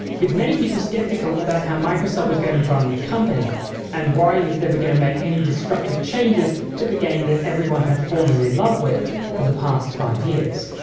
with many people skeptical about how microsoft was going to run the company and worrying if they were but going to make any destructive changes to the game that everyone had fallen in love with for the past five years.